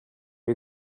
you